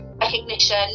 recognition